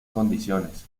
condiciones